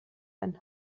ein